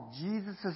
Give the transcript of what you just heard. Jesus